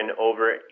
over